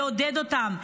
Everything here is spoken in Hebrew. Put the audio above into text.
יעודד אותם,